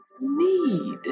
need